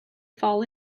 fall